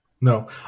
No